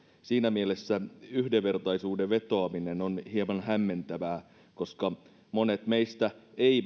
siinä mielessä yhdenvertaisuuteen vetoaminen on hieman hämmentävää koska monet meistä eivät